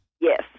Yes